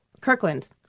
kirkland